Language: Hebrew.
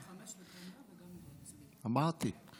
זה לא שתי הצעות, זו הצעת חוק אחת, חילקו ביניכם.